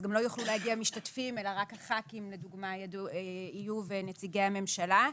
אז גם לא יוכלו להגיע משתתפים אלא רק הח"כים לדוגמה יהיו ונציגי הממשלה.